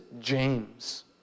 James